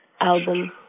album